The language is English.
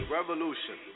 Revolution